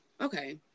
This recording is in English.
Okay